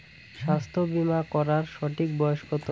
স্বাস্থ্য বীমা করার সঠিক বয়স কত?